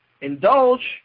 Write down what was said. Indulge